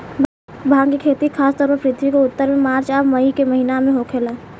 भांग के खेती खासतौर पर पृथ्वी के उत्तर में मार्च आ मई के महीना में होखेला